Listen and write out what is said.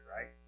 Right